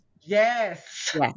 Yes